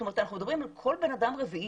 זאת אומרת שאנחנו מדברים על כל בן אדם רביעי